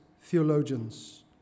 theologians